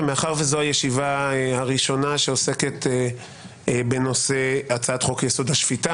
גם מאחר שזו הישיבה הראשונה שעוסקת בנושא הצעת חוק-היסוד: השפיטה